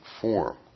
form